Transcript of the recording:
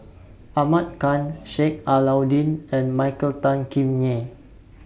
Ahmad Khan Sheik Alau'ddin and Michael Tan Kim Nei